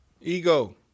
Ego